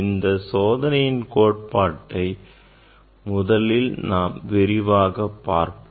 இந்த சோதனையின் கோட்பாட்டை முதலில் நாம் விரிவாகப் பார்ப்போம்